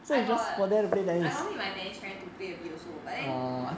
I got I got meet my tennis friend to play a bit also but then